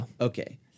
Okay